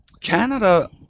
Canada